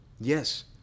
Yes